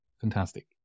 Fantastic